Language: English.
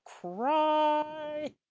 cry